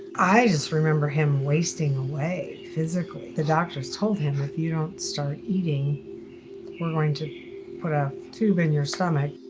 i just remember him wasting away physically. the doctors told him if you don't start eating we're going to put a tube in your stomach.